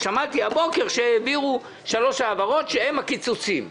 שמעתי הבוקר שהעבירו שלוש העברות שהן הקיצוצים.